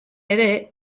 ere